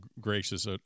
gracious